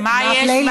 מה יש,